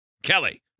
Kelly